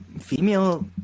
female